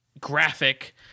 graphic